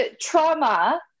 trauma